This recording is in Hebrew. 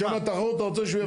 בשם התחרות אתה רוצה שהוא יפסיד?